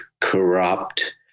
corrupt